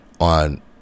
on